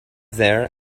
there